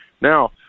now